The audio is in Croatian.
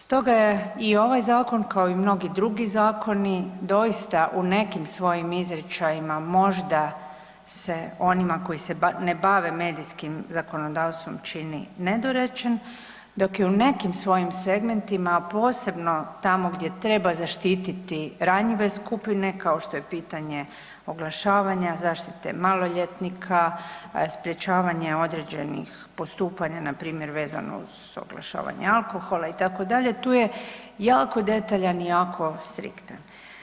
Stoga je i ovaj zakon kao i mnogi drugi zakoni doista u nekim svojim izričajima možda se onima koji se ne bave medijskim zakonodavstvom čini nedorečen, dok je u nekim svojim segmentima, a posebno tamo gdje treba zaštiti ranjive skupine kao što je pitanje oglašavanja, zaštite maloljetnika, sprječavanje određenih postupanja npr. vezano uz oglašavanje alkohola itd. tu je jako detaljan i jako striktan.